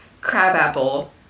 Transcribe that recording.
Crabapple